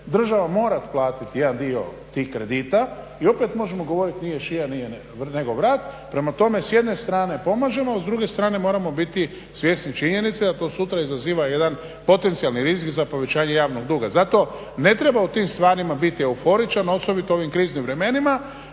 država morati platiti jedan dio tih kredita i opet možemo govoriti nije šija nego vrat. Prema tome, s jedne strane pomažemo a s druge strane moramo biti svjesni činjenice da to sutra izaziva jedan potencijalni rizik za povećanje javnog duga. Zato ne treba u tim stvarima biti euforičan. Osobito u ovim kriznim vremenima.